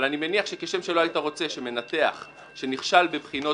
אבל אני מניח שכשם שלא היית רוצה שמנתח שנכשל בבחינות